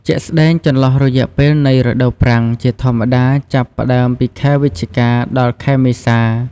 ជាក់ស្តែងចន្លោះរយៈពេលនៃរដូវប្រាំង ជាធម្មតា ចាប់ផ្ដើមពីខែវិច្ឆិកា ដល់ខែមេសា។